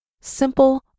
Simple